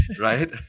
right